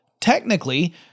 Technically